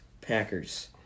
Packers